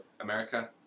America